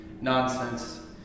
Nonsense